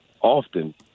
often